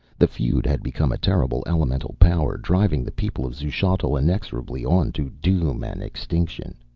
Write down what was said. the feud had become a terrible elemental power driving the people of xuchotl inexorably on to doom and extinction.